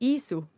Isso